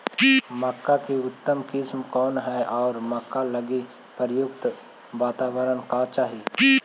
मक्का की उतम किस्म कौन है और मक्का लागि उपयुक्त बाताबरण का चाही?